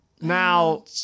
now